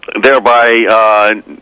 thereby